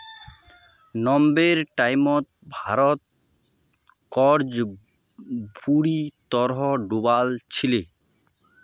नब्बेर टाइमत भारत कर्जत बुरी तरह डूबाल छिले